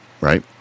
right